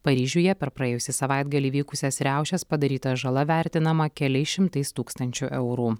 paryžiuje per praėjusį savaitgalį vykusias riaušes padaryta žala vertinama keliais šimtais tūkstančių eurų